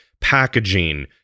packaging